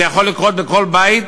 זה יכול לקרות בכל בית